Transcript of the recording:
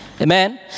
Amen